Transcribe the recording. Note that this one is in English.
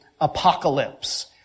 apocalypse